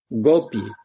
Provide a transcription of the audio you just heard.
Gopi